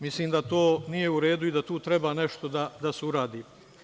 Mislim da to nije u redu i da tu treba nešto da se uradi.